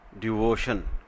devotion